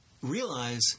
realize